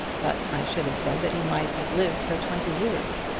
but i should have said that he might have lived for twenty years.